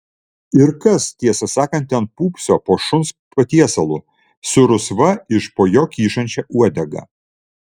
ir kas tiesą sakant ten pūpso po šuns patiesalu su rusva iš po jo kyšančia uodega